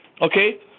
okay